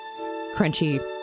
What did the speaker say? crunchy